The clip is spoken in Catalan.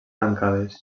tancades